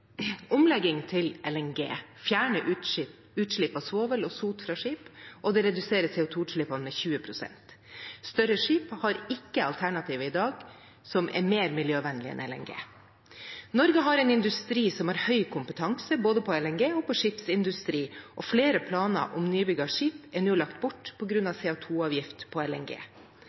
Omlegging til LNG fjerner utslipp av svovel og sot fra skip, og det reduserer CO 2 -utslippene med 20 pst. Større skip har i dag ikke alternativer som er mer miljøvennlig enn LNG. Norge har en industri som har høy kompetanse, både på LNG og på skipsindustri, og flere planer om nybygde skip er nå lagt bort på grunn av CO 2 -avgift på LNG.